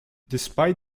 despite